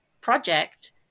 project